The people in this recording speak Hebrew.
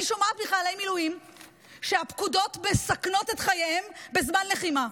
אני שומעת מחיילי מילואים שהפקודות מסכנות את חייהם בזמן לחימה.